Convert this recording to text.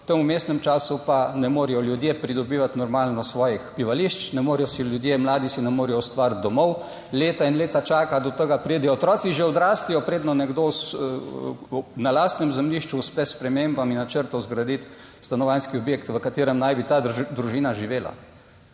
v tem vmesnem času pa ne morejo ljudje pridobivati normalno svojih bivališč, ne morejo si ljudje, mladi si ne morejo ustvariti domov leta in leta čakati, do tega pridejo otroci že odrastejo, preden nekdo na lastnem zemljišču uspe s spremembami načrtov zgraditi stanovanjski objekt, v katerem naj bi ta družina živela.